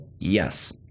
Yes